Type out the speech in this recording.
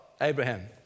Abraham